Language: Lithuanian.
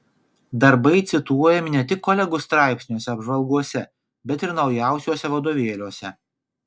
darbai cituojami ne tik kolegų straipsniuose apžvalgose bet ir naujausiuose vadovėliuose